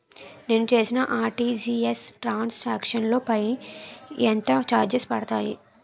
నేను చేసిన RTGS transaction లో పై ఎంత చార్జెస్ పడతాయి?